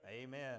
Amen